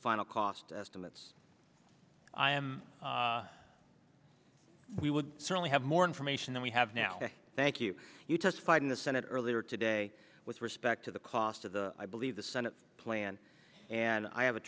final cost estimates i am we would certainly have more information than we have now thank you you testified in the senate earlier today with respect to the cost of the i believe the senate plan and i have a